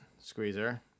Squeezer